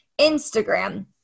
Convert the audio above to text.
Instagram